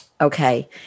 Okay